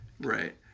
right